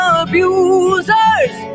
abusers